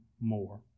more